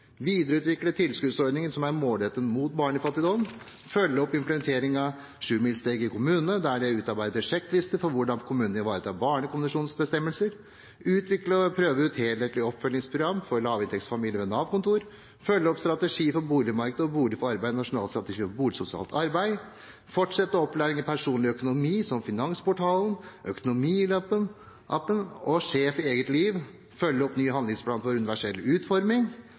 videreutvikle tilskuddsordningen som er målrettet mot barnefattigdom, følge opp implementering av Sjumilssteget i kommunene, der det er utarbeidet en sjekkliste for hvordan kommunene ivaretar barnekonvensjonsbestemmelser, utvikle og prøve ut et helhetlig oppfølgingsprogram for lavinntektsfamilier ved Nav-kontor, følge opp strategi for boligmarkedet og «Bolig for arbeid – Nasjonal strategi for boligsosialt arbeid», fortsette opplæring i personlig økonomi, som Finansportalen, Økonomilappen og Sjef i eget liv, og følge opp ny handlingsplan for universell utforming